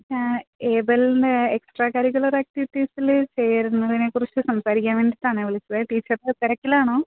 എബെലിന് extra curricular ആക്ടിവിറ്റീസില് ചേരുന്നതിനെക്കുറിച്ച് സംസാരിക്കാൻ വേണ്ടിയിട്ടാണ് വിളിച്ചത് ടീച്ചര് തിരക്കിലാണോ